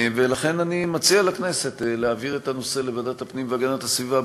לכן אני מציע לכנסת להעביר את הנושא לוועדת הפנים והגנת הסביבה,